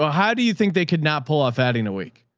ah how do you think they could not pull off adding a week?